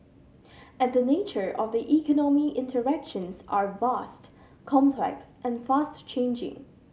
and the nature of the economy interactions are vast complex and fast changing